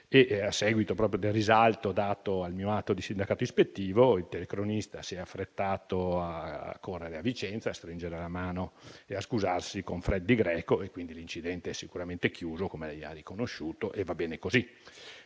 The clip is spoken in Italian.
proprio del risalto dato al mio atto di sindacato ispettivo, il telecronista si è affrettato a correre a Vicenza a stringere la mano e a scusarsi con Freddi Greco, quindi l'incidente è sicuramente chiuso, come egli ha riconosciuto, e va bene così.